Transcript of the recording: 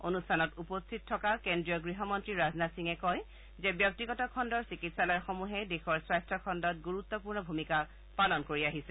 অনুষ্ঠানত উপস্থিত থকা কেন্দ্ৰীয় গৃহমন্ত্ৰী ৰাজনাথ সিঙে কয় যে ব্যক্তিগত খণ্ডৰ চিকিৎসালয়সমূহে দেশৰ স্বাস্য খণ্ডত গুৰুত্বপূৰ্ণ ভূমিকা পালন কৰি আছে